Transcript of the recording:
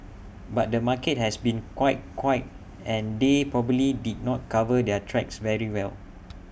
but the market has been quite quiet and they probably did not cover their tracks very well